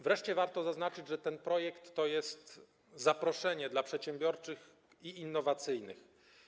Wreszcie warto zaznaczyć, że ten projekt to jest zaproszenie dla przedsiębiorczych i innowacyjnych.